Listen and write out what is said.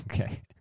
Okay